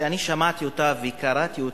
שאני שמעתי וקראתי,